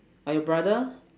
or your brother